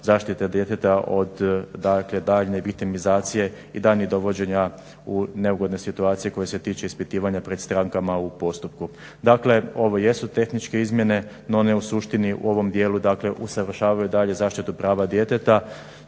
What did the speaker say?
zaštite djeteta od dakle daljnje viktimizacije i daljnjeg dovođenja u neugodne situacije koje se tiču ispitivanja pred strankama u postupku. Dakle ovo jesu tehničke izmjene no one u suštini u ovom djelu dakle usavršavaju dalje zaštitu prava djeteta